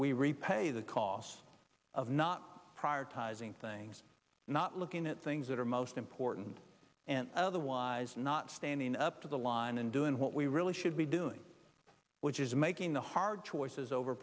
we repay the costs of not prior ties in things not looking at things that are most important and otherwise not standing up to the line and doing what we really should be doing which is making the hard choices over